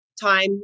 time